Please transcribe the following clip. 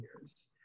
years